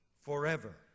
forever